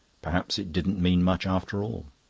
perhaps it didn't mean much after all.